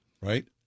Right